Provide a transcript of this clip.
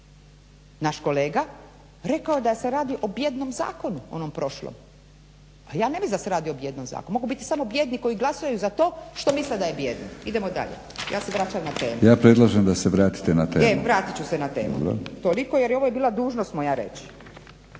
naš kolega rekao da se radi o bijednom zakonu o onom prošlom. A ja ne mislim da se radi o bijednom zakonu, mogu biti samo bijedni koji glasaju za to što misle da je bijedan. Idemo dalje. Ja se vraćam na temu. **Batinić, Milorad (HNS)** Ja predlažem da se vratite na temu.